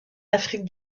afrique